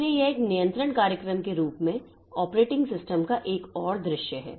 इसलिए यह एक नियंत्रण कार्यक्रम के रूप में ऑपरेटिंग सिस्टम का एक और दृश्य है